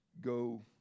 go